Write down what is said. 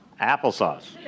Applesauce